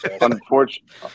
Unfortunately